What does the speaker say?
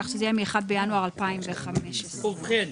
כך שזה יהיה מ-1 בינואר 2025. ובכן,